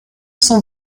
son